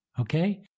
Okay